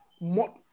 more